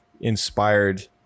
inspired